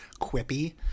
quippy